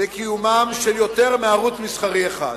לקיום של יותר מערוץ מסחרי אחד.